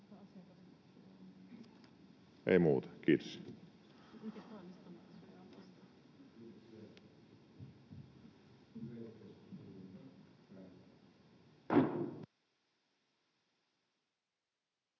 Ei muuta. — Kiitos.